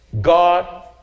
God